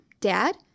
Dad